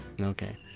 Okay